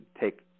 take